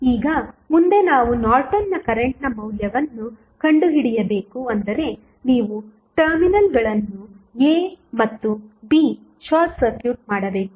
ಈಗ ಮುಂದೆ ನಾವು ನಾರ್ಟನ್ನ ಕರೆಂಟ್ನ ಮೌಲ್ಯವನ್ನು ಕಂಡುಹಿಡಿಯಬೇಕು ಅಂದರೆ ನೀವು ಟರ್ಮಿನಲ್ಗಳನ್ನು a ಮತ್ತು b ಶಾರ್ಟ್ ಸರ್ಕ್ಯೂಟ್ ಮಾಡಬೇಕು